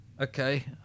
Okay